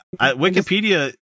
Wikipedia